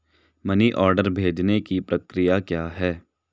Money order भेजने की प्रक्रिया क्या है?